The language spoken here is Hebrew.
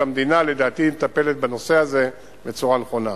ולדעתי המדינה מטפלת בנושא הזה בצורה נכונה.